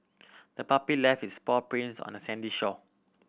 the puppy left its paw prints on the sandy shore